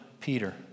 Peter